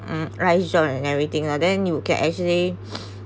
mm and everything lah then you can actually